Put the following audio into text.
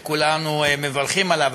שכולנו מברכים עליו,